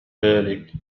ذلك